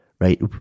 right